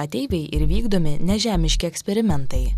ateiviai ir vykdomi nežemiški eksperimentai